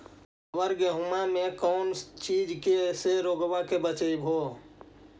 अबर गेहुमा मे कौन चीज के से रोग्बा के बचयभो?